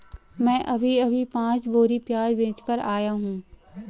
मैं अभी अभी पांच बोरी प्याज बेच कर आया हूं